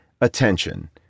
attention